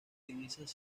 divisas